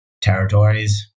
territories